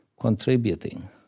contributing